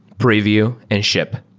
preview and ship.